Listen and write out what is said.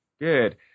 Good